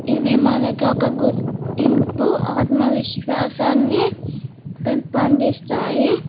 ఇవి మనకి ఒక గుర్తింపు ఆత్మవిశ్వాసాన్ని పెంపొందిస్తాయి